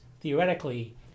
theoretically